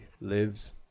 lives